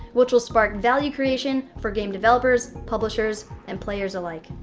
which will spark value creation for game developers, publishers, and players alike.